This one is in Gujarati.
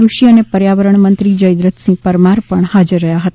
કૃષિ અને પર્યાવરણમંત્રી જયદ્રથસિંહ પરમાર આ પ્રસંગે હાજર રહ્યા હતા